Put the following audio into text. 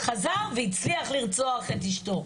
חזר והצליח לרצוח את אשתו.